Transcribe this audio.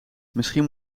misschien